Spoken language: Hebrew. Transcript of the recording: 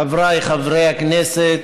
חבריי חברי הכנסת,